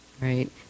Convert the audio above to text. right